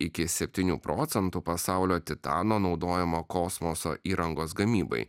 iki septynių procentų pasaulio titano naudojamo kosmoso įrangos gamybai